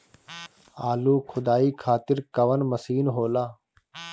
आलू खुदाई खातिर कवन मशीन होला?